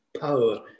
power